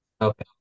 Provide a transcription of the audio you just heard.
okay